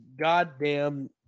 goddamn